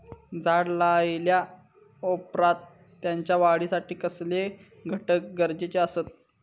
झाड लायल्या ओप्रात त्याच्या वाढीसाठी कसले घटक गरजेचे असत?